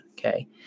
Okay